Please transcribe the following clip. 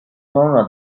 sonra